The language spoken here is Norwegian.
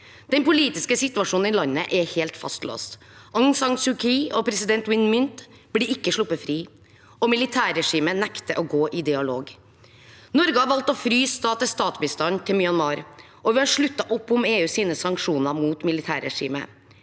Den politiske situasjonen i landet er helt fastlåst. Aung San Suu Kyi og president Win Myint blir ikke sluppet fri, og militærregimet nekter å gå i dialog. Norge har valgt å fryse stat-til-stat-bistanden til Myanmar, og vi har sluttet opp om EUs sanksjoner mot militærregimet.